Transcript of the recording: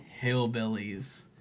Hillbillies